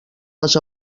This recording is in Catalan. les